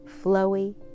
flowy